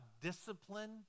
discipline